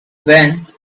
when